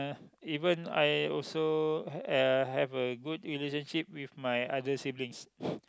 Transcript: even I also uh have a good relationship with my other siblings